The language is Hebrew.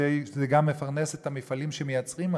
כדי שזה גם יפרנס את המפעלים שמייצרים מזון,